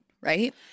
right